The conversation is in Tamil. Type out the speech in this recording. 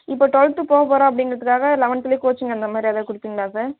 இப்போ ட்வொல்த்து போவ போகறா அப்படின்றதுக்காக லெவன்த்ல கோச்சிங் அந்த மாரி எதாவது கொடுப்பீங்ளா சார்